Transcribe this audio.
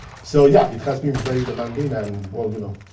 so, yeah, it has been very demanding, and, well, you know,